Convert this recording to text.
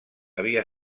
havia